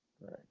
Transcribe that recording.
Right